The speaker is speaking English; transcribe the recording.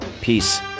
Peace